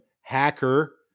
hacker